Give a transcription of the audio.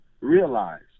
realized